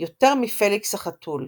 יותר מפליקס החתול,